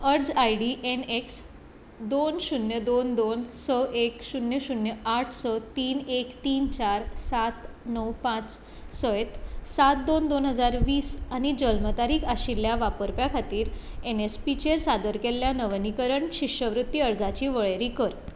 अर्ज I D N X दोन शुन्य दोन दोन स एक शुन्य शुन्य आठ स तीन एक तीन चार सात णव पां च सयत सात दोन दोन हजार वीस आनी जल्म तारीख आशिल्ल्या वापरप्या खातीर एन एस पी चेर सादर केल्ल्या नविनीकरण शिश्यवृत्ती अर्जांची वळेरी कर